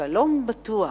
שלום בטוח.